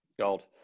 gold